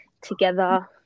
together